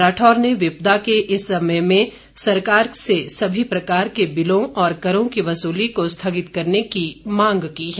राठौर ने विपदा के इस समय में सरकार से सभी प्रकार के बिलों और करों की वसूली को स्थगित करने की मांग की है